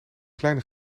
kleine